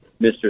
Mr